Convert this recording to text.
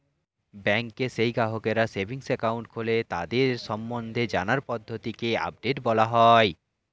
ব্যাংকে যেই গ্রাহকরা সেভিংস একাউন্ট খোলে তাদের সম্বন্ধে জানার পদ্ধতিকে আপডেট বলা হয়